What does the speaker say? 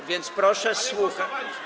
A więc proszę słuchać.